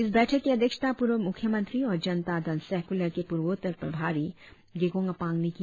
इस बैठक की अध्यक्षता पूर्व मूख्यमंत्री और जनता दल सेकुलर के पूर्वोत्तर प्रभारी गेगोंग अपांग ने किया